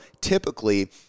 typically